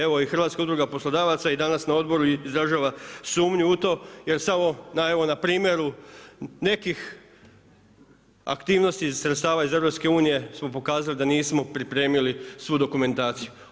Evo i Hrvatska udruga poslodavaca i danas na odboru izražava i sumnju u to jer samo na primjeru, nekih aktivnosti iz sredstava EU, smo pokazali da nismo pripremili svu dokumentaciju.